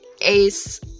Ace